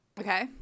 okay